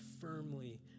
firmly